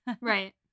right